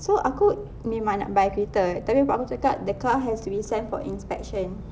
so aku memang nak buy filter tapi bapa aku cakap the car has to be sent for inspection